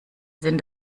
sinn